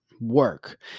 work